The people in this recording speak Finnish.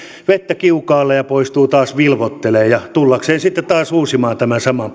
vettä kiukaalle ja poistuu taas vilvoittelemaan tullakseen sitten taas uusimaan tämän saman